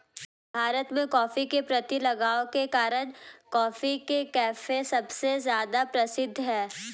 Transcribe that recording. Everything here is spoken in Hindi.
भारत में, कॉफ़ी के प्रति लगाव के कारण, कॉफी के कैफ़े सबसे ज्यादा प्रसिद्ध है